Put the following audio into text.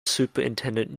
superintendent